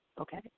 Okay